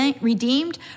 Redeemed